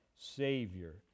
Savior